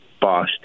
boss